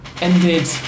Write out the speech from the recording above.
ended